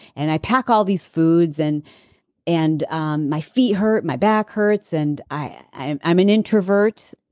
and i pack all these foods and and and my feet hurt, my back hurts, and i'm i'm an introvert.